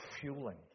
fueling